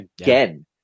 again